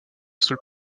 seul